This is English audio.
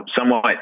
somewhat